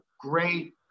great